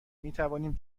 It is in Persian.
میتوانیم